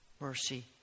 mercy